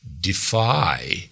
defy